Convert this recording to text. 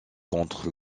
contre